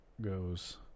goes